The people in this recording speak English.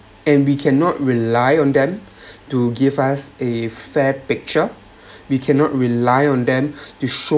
and we cannot rely on them to give us a fair picture we cannot rely on them to show